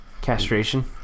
castration